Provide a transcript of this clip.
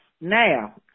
now